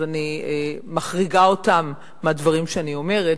אז אני מחריגה אותם מהדברים שאני אומרת,